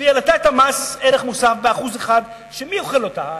והיא העלתה את מס ערך מוסף ב-1%, ומי אוכל אותה?